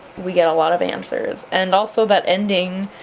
we get a lot of answers and also that ending,